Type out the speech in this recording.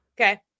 Okay